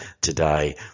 today